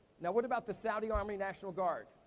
now, what about the saudi army national guard?